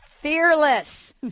fearless